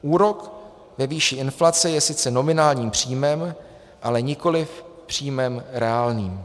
Úrok ve výši inflace je sice nominálním příjmem, ale nikoliv příjmem reálným.